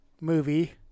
movie